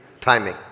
timing